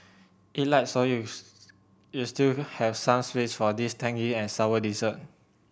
eat light so you you still have some space for this tangy and sour dessert